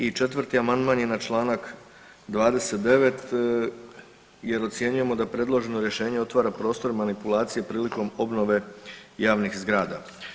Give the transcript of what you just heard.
I četvrti amandman je na čl. 29. jer ocjenjujemo da predloženo rješenje otvora prostor manipulacije prilikom obnove javnih zgrada.